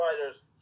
fighters